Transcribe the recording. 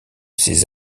ces